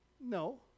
No